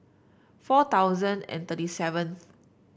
four thousand and thirty seventh